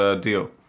deal